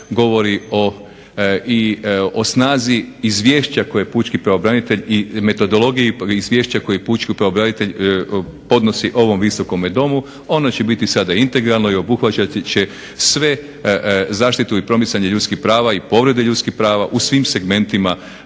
govori i o snazi izvješća koje pučki pravobranitelj i metodologiji izvješća koje pučki pravobranitelj podnosi ovom Visokome domu, ono će biti sada integralno i obuhvaćati će sve zaštitu i promicanje ljudskih prava i povrede ljudskih prava u svim segmentima